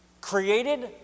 created